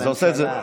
אז זה עושה את זה,